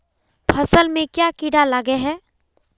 फसल में क्याँ कीड़ा लागे है?